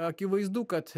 akivaizdu kad